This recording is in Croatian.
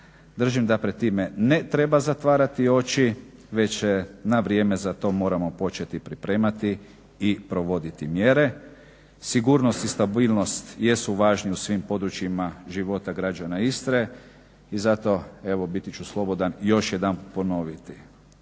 Držim da pred time ne treba zatvarati oči već na vrijeme za to moramo početi pripremati i provoditi mjere. Sigurnost i stabilnost jesu važni u svim područjima života građana Istre i zato evo biti ću slobodan još jedanput ponoviti.